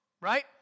right